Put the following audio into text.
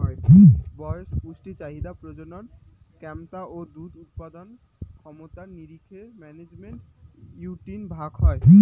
বয়স, পুষ্টি চাহিদা, প্রজনন ক্যমতা ও দুধ উৎপাদন ক্ষমতার নিরীখে ম্যানেজমেন্ট ইউনিট ভাগ হই